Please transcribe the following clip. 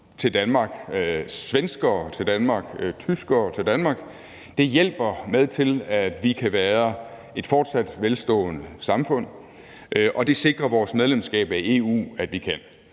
til Danmark, svenskere til Danmark, tyskere til Danmark. Det hjælper med til, at vi fortsat kan være et velstående samfund, og det sikrer vores medlemskab af EU at vi kan.